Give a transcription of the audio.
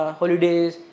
holidays